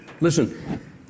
Listen